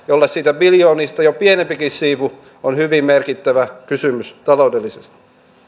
jolle niistä biljoonista jo pienempikin siivu on hyvin merkittävä kysymys taloudellisesti